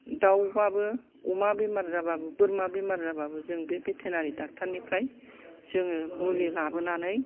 दावबाबो अमा बेमार जाबाबो बोरमा बेमार जाबाबो जों बे भेटेनारि डाक्टारनिफ्राय जोङो मुलि लाबोनानै